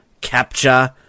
capture